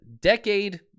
decade